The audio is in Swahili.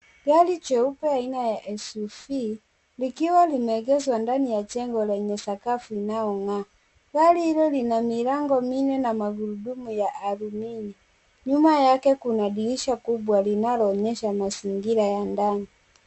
Gari jeupe aina ya SUV likiwa limeegeshwa ndani ya jengo lenye sakafu inayong'aa. Gari hilo lina milango minne na magurudumu ya alumini. Nyuma yake kuna dirisha kubwa linaloonyesha mazingira ya ndani.